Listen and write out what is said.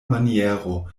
maniero